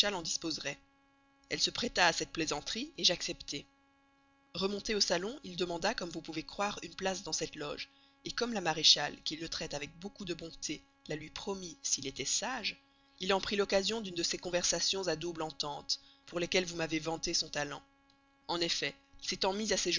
disposerait elle se prêta à cette plaisanterie j'acceptai remonté au salon il demanda comme vous pouvez croire une place dans cette loge comme la maréchale qui le traite avec beaucoup de bonté la lui promit s'il était sage il en prit l'occasion d'une de ces conversations à double entente pour lesquelles vous m'avez vanté son talent en effet s'étant mis à